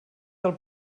del